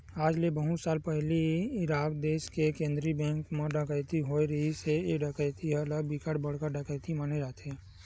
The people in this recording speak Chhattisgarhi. आज ले बहुत साल पहिली इराक देस के केंद्रीय बेंक म डकैती होए रिहिस हे ए डकैती ल बिकट बड़का डकैती माने जाथे